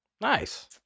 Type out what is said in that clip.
Nice